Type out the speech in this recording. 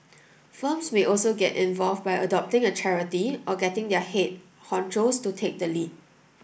firms may also get involved by adopting a charity or getting their head honchos to take the lead